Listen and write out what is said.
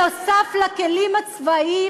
בכלים משפטיים נוסף על הכלים הצבאיים